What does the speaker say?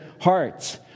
hearts